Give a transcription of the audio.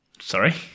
Sorry